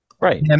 Right